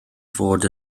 fod